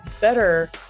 better